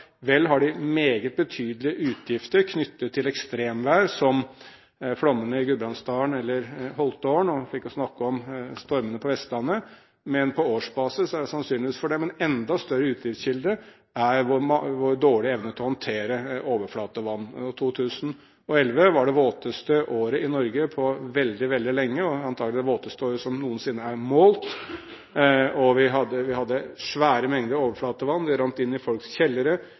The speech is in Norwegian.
vel har de meget betydelige utgifter knyttet til ekstremvær – som flommene i Gudbrandsdalen eller Holtålen, for ikke å snakke om stormene på Vestlandet – men på årsbasis er en enda større utgiftskilde sannsynligvis for dem vår dårlige evne til å håndtere overflatevann. 2011 var det våteste året i Norge på veldig, veldig lenge – antakelig det våteste året som noensinne er målt – og vi hadde store mengder overflatevann. Det rant inn i folks kjellere,